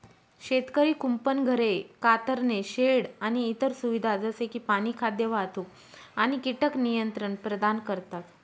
शेतकरी कुंपण, घरे, कातरणे शेड आणि इतर सुविधा जसे की पाणी, खाद्य, वाहतूक आणि कीटक नियंत्रण प्रदान करतात